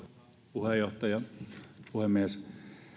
puheenjohtaja puhemies